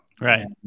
Right